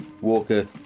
Walker